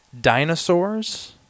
Dinosaurs